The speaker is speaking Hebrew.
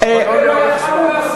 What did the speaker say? תראה מה יכולנו לעשות.